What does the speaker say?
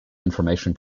information